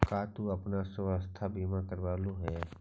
का तू अपन स्वास्थ्य बीमा करवलू हे?